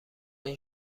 این